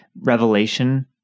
revelation